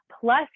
plus